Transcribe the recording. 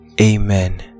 Amen